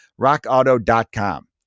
RockAuto.com